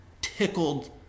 tickled